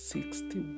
Sixty